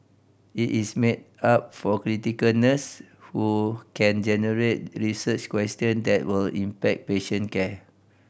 it is made up of clinical nurses who can generate research question that will impact patient care